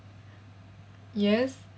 yes